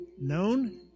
known